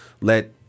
Let